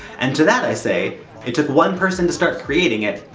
and to that i say it took one person to start creating it.